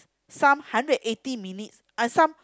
some hundred and eighty minutes and some